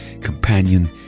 companion